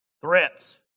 Threats